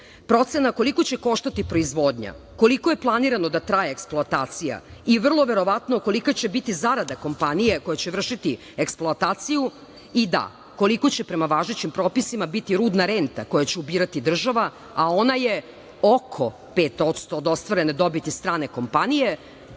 koliko će koštati proizvodnja, koliko je planirano da traje eksploatacija i vrlo verovatno kolika će biti zarada kompanije koja će vršiti eksploataciju i koliko će prema važećim propisima biti rudna renta koju će ubirati država, a ona je oko 5% od ostvarene dobiti strane kompanije.